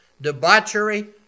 debauchery